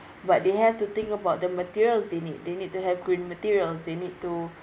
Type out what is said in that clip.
but they have to think about the materials they need they need to have green materials they need to